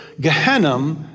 Gehenna